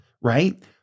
right